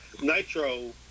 Nitro